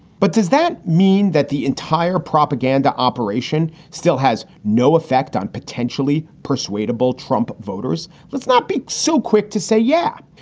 but does that mean that the entire propaganda operation still has no effect on potentially persuadable trump voters? let's not be so quick to say yeah.